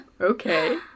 Okay